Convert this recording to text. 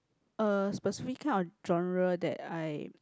a specific kind of genre that I